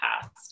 past